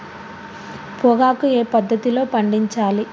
పొగాకు ఏ పద్ధతిలో పండించాలి?